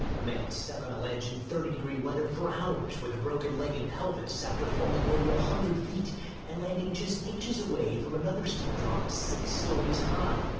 a man stuck on a ledge in thirty degree weather for hours with a broken leg and pelvis after falling over one ah hundred feet and landing just inches away from another steep drop six stories high.